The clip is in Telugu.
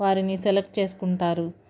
వారిని సెలెక్ట్ చేసుకుంటారు